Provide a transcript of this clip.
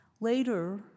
Later